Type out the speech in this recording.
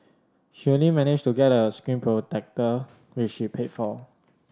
she only managed to get a screen protector which she paid for